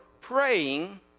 praying